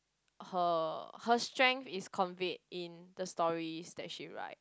her her strength is conveyed in the stories that she write